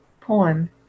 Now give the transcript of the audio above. poem